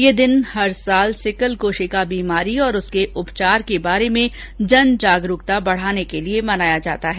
यह दिन हर वर्ष सिकल कोशिका बीमारी और उसके उपचार के बारे में जन जागरूकता बढ़ाने के लिए मनाया जाता है